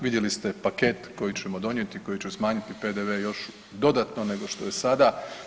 Vidjeli ste paket koji ćemo donijeti, koji će smanjiti PDV još dodatno nego što je sada.